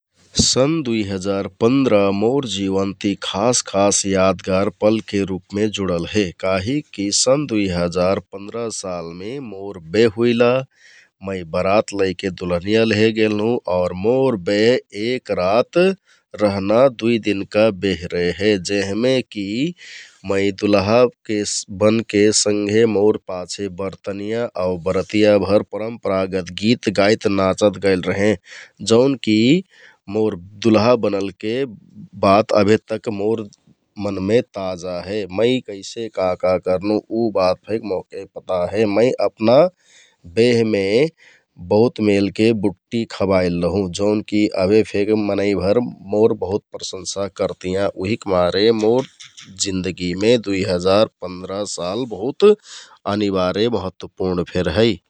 सन् दुइ हजार पन्दरा मोर जीवन ति खास खास यादगार पलके रुपमे जुडल हे काहिकि सन् दुइ हजार पन्दरा सालमें मोर बेह हुइला । मै बरात लैके दुलहनियाँ लेहे गेल रहुँ और मोर बेह एक रात रहना दुई दिनका बेह रेहे । जेहमे की मैं दुल्हा बनके संघे मोर पाछे बरतिया आउ बरतियाँभर परम्परागत गीत गाइत, नाचत गैल रेहें ‌। जौन की मोर दुल्हा बनलके बात अभेतक मोर मनमे ताजा हे । मैं कैसे का का कर्नु उ बात फेक मोहके पता हे । मैं अपना बेहमें बहुत मेलके बुट्टि खबाइल लहुँ जौन की अबेफेक मनैभर मोर बहुत प्रसंसा करतियाँ। उहिक मारे जीन्दगी में दुइ हजार पन्दरा साल बहुत अनिबार्य महत्वपुर्ण फेर है‌ ।